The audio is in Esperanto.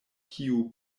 kiu